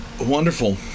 wonderful